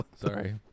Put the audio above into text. Sorry